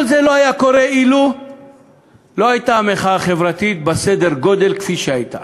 כל זה לא היה קורה אילו לא הייתה מחאה חברתית בסדר גודל כפי שהייתה.